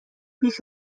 بیش